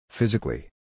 Physically